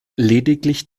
lediglich